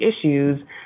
issues